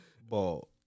ball